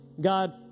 God